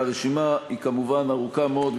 והרשימה היא כמובן ארוכה מאוד,